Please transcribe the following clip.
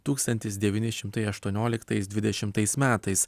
tūkstantis devyni šimtai aštuonioliktais dvidešimtais metais